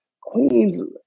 Queens